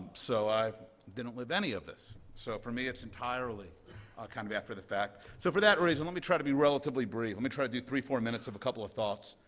so i didn't live any of this. so for me, it's entirely kind of after the fact. so for that reason, let me try to be relatively brief. let me try to do three, four minutes of a couple of thoughts.